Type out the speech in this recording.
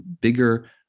bigger